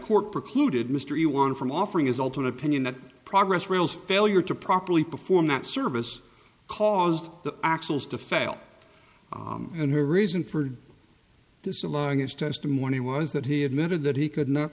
court precluded mystery one from offering his alternate opinion that progress rails failure to properly perform that service caused the actuals to fail and her reason for this allowing his testimony was that he admitted that he could not